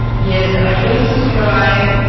yes, i came to stri